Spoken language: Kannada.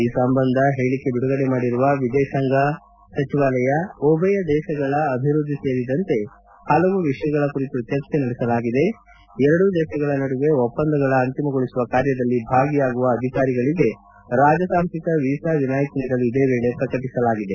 ಈ ಸಂಬಂಧ ಹೇಳಿಕೆ ಬಿಡುಗಡೆ ಮಾಡಿರುವ ವಿದೇತಾಂಗ ವ್ಯವಹಾರಗಳ ಸಚಿವಾಲಯ ಉಭಯ ದೇತಗಳ ಅಭಿವೃದ್ದಿ ಸೇರಿದಂತೆ ಪಲವು ವಿಷಯಗಳ ಕುರಿತು ಚರ್ಚೆ ನಡೆಸಲಾಗಿದೆ ಎರಡೂ ದೇಶಗಳ ನಡುವೆ ಒಪ್ಪಂದಗಳ ಅಂತಿಮಗೊಳಿಸುವ ಕಾರ್ಯದಲ್ಲಿ ಭಾಗಿಯಾಗುವ ಅಧಿಕಾರಿಗಳಿಗೆ ರಾಜತಾಂತ್ರಿಕ ವೀಸಾ ವಿನಾಯಿತಿ ನೀಡಲು ಇದೇ ವೇಳೆ ಪ್ರಕಟಿಸಲಾಗಿದೆ